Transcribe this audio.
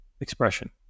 expression